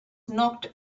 knocked